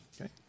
Okay